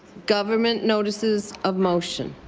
government notices of motion.